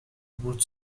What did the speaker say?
would